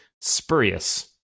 Spurious